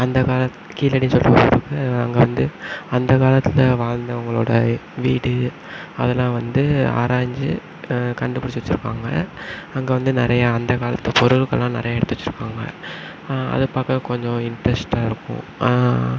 அந்த காலத்து கீழடி சொல்கிற மாதிரி அங்கே வந்து அந்த காலத்தில் வாழ்ந்தவங்களோட வீடு அதெலாம் வந்து ஆராஞ்சு கண்டுப்பிடிச்சி வச்சுருக்காங்க அங்கே வந்து நிறையா அந்த காலத்து பொருட்களெலாம் நிறையா எடுத்து வச்சுருக்காங்க அது பார்க்க கொஞ்சம் இன்ட்ரஸ்ட்டாக இருக்கும்